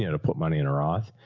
you know to put money in a roth,